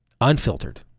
unfiltered